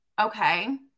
Okay